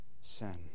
sin